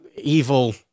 evil